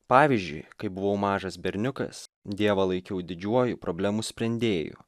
pavyzdžiui kai buvau mažas berniukas dievą laikiau didžiuoju problemų sprendėju